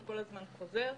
הוא כל הזמן חוזר.